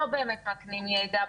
לא באמת מקנים ידע,